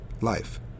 life